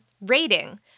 rating